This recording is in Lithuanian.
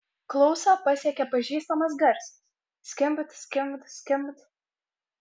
klausą pasiekė pažįstamas garsas skimbt skimbt skimbt